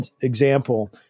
example